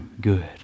good